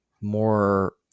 more